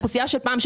אוכלוסייה של פעם,